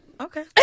Okay